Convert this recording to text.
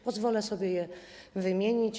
Pozwolę sobie je wymienić.